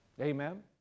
Amen